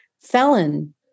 Felon